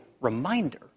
reminder